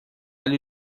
lhe